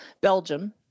Belgium